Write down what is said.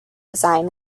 design